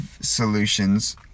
solutions